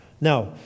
Now